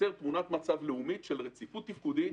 יוצר תמונת מצב לאומית של רציפות תפקודית,